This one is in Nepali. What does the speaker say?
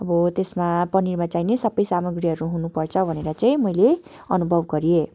अब त्यसमा पनिरमा चाहिने सबै सामग्रीहरू हुनु पर्छ भनेर चाहिँ मैले अनुभव गरेँ